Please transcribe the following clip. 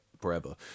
forever